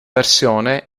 versione